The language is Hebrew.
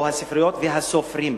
או הספריות והסופרים.